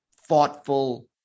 thoughtful